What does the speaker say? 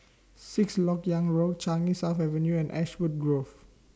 Sixth Lok Yang Road Changi South Avenue and Ashwood Grove